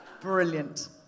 Brilliant